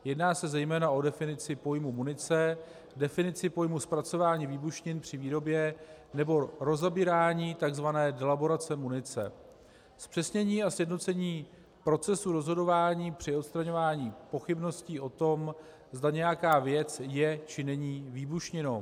Jedná se zejména o definici pojmu munice, definici pojmu zpracování výbušnin při výrobě nebo rozebírání, takzvané delaborace munice, zpřesnění a sjednocení procesu rozhodování při odstraňování pochybností o tom, zda nějaká věc je, či není výbušninou.